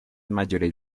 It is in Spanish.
mayores